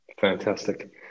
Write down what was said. Fantastic